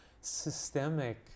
systemic